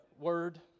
Word